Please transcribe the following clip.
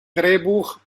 drehbuch